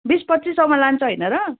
बिस पच्चिस सयमा लान्छ होइन र